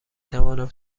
توانم